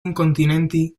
incontinenti